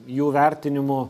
jų vertinimu